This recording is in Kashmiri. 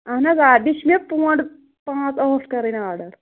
اَہَن حظ آ بیٚیہِ چھِ مےٚ پونٛڈ پانٛژھ ٲٹھ کَرٕنۍ آرڈَر